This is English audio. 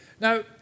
Now